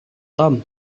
tom